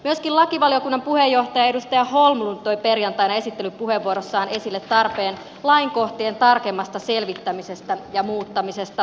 myöskin lakivaliokunnan puheenjohtaja edustaja holmlund toi perjantaina esittelypuheenvuorossaan esille tarpeen lainkohtien tarkemmasta selvittämisestä ja muuttamisesta